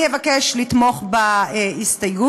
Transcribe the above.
אבקש לתמוך בהסתייגות.